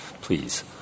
please